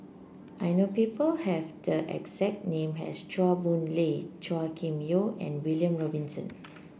I know people have the exact name as Chua Boon Lay Chua Kim Yeow and William Robinson